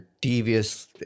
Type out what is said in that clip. devious